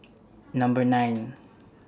Number nine